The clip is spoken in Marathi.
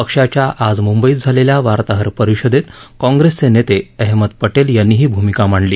पक्षाच्या आज मुंबईत झालेल्या वार्ताहर परिषदेत काँग्रेसचे नेते अहमद पटेल यांनी ही भूमिका मांडली